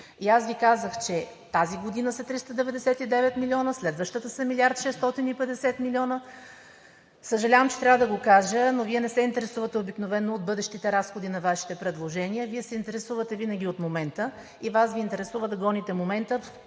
И аз Ви казах, че тази година са 399 милиона, следващата са 1 млрд. 650 милиона. Съжалявам, че трябва да го кажа, но Вие не се интересувате обикновено от бъдещите разходи на Вашите предложения, Вие се интересувате винаги от момента и Вас Ви интересува да гоните момента,